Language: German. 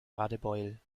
radebeul